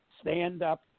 stand-up